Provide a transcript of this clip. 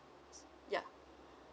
yup